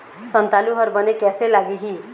संतालु हर बने कैसे लागिही?